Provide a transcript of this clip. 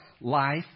life